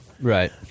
Right